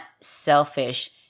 selfish